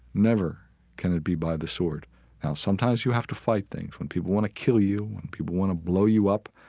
never can it be by the sword. now sometimes you have to fight things. when people want to kill you, when people want to blow you up,